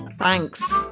Thanks